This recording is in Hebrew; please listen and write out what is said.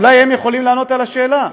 אולי הם יכולים לענות על השאלה: